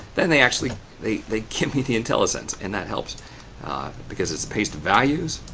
then they actually they they give me the intellisense. and that helps because it's paste values